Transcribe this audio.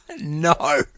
no